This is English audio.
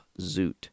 Zoot